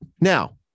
Now